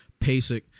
PASIC